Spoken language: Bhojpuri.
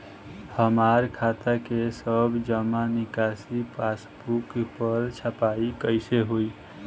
हमार खाता के सब जमा निकासी पासबुक पर छपाई कैसे होई?